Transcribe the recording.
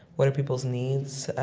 what are people's needs?